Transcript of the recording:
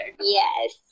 Yes